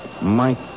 Mike